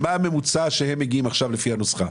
מה הממוצע אליו הן מגיעות עכשיו לפי הנוסחה?